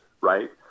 right